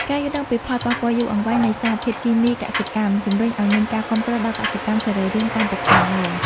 ការយល់ដឹងពីផលប៉ះពាល់យូរអង្វែងនៃសារធាតុគីមីកសិកម្ម ជម្រុញឱ្យមានការគាំទ្រដល់កសិកម្មសរីរាង្គកាន់តែខ្លាំងឡើង។